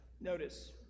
Notice